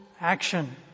action